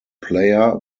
player